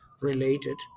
related